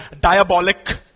diabolic